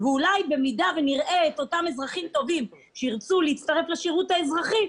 אולי אם נראה את אותם אזרחים טובים שירצו להצטרף לשירות האזרחי,